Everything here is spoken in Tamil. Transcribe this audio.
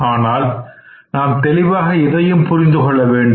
ஆனால் நாம் தெளிவாக இதையும் புரிந்து கொள்ள வேண்டும்